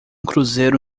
cruzeiro